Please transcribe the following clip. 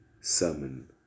sermon